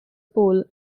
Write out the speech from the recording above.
poll